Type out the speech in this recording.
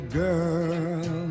girl